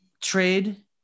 trade